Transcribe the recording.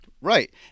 Right